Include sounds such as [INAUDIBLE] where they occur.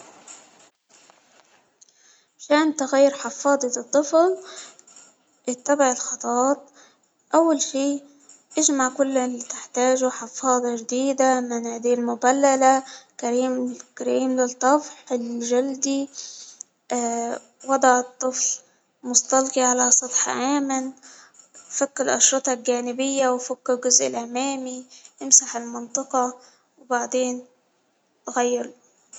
عشان تغير حفاظة الطفل إتبع الخطوات أول شيء إجمع كل اللي تحتاجه حفاضة جديدة مناديل مبللة كريم [HESITATION] للطفح-للطفح الجلدي [HESITATION] وضع الطفل مستلقي علي سطح آمن فك الاشرطة الجانبية وفك الجزء الأمامي إمسح المنطقة وبعدين تغير.